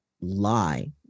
lie